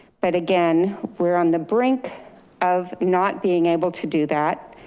but again, we're on the brink of not being able to do that.